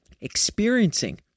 experiencing